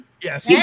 Yes